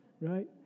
right